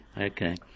Okay